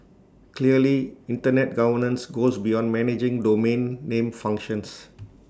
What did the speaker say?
clearly Internet governance goes beyond managing domain name functions